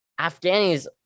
Afghanis